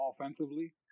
offensively